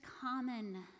common